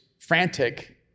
frantic